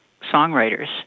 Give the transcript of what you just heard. songwriters